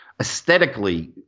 Aesthetically